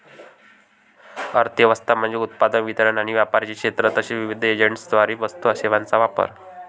अर्थ व्यवस्था म्हणजे उत्पादन, वितरण आणि व्यापाराचे क्षेत्र तसेच विविध एजंट्सद्वारे वस्तू आणि सेवांचा वापर